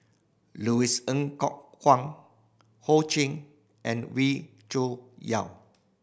Louis Ng Kok Kwang Ho Ching and Wee Cho Yaw